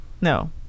No